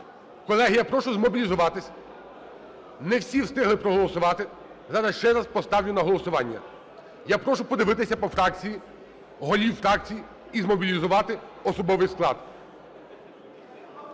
Колеги, я прошу змобілізуватись, не всі встигли проголосувати. Зараз ще раз поставлю на голосування. Я прошу подивитися по фракціях голів фракцій і змобілізувати особовий склад.